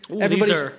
everybody's